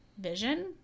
vision